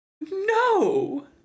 No